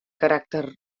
caràcter